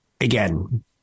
Again